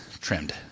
trimmed